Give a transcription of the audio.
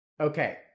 Okay